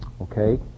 okay